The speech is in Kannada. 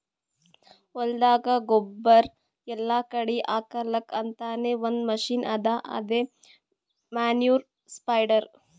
ಹೊಲ್ದಾಗ ಗೊಬ್ಬುರ್ ಎಲ್ಲಾ ಕಡಿ ಹಾಕಲಕ್ಕ್ ಅಂತಾನೆ ಒಂದ್ ಮಷಿನ್ ಅದಾ ಅದೇ ಮ್ಯಾನ್ಯೂರ್ ಸ್ಪ್ರೆಡರ್